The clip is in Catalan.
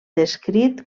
descrit